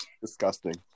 Disgusting